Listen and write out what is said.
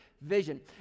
vision